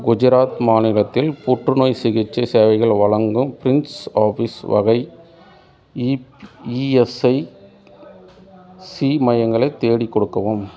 குஜராத் மாநிலத்தில் புற்றுநோய் சிகிச்சை சேவைகள் வழங்கும் பின்ஸ் ஆஃபீஸ் வகை இ இஎஸ்ஐசி மையங்களை தேடிக் கொடுக்கவும்